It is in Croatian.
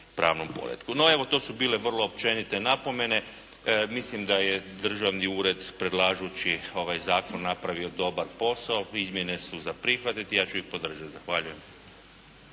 No, evo to su bile vrlo općenite napomene, mislim da je Državni ured, predlažući ovaj Zakon napravio dobar posao, izmjene su za prihvatiti, ja ću ih podržati. Zahvaljujem.